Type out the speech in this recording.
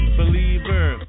believer